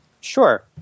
Sure